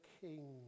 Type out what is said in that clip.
King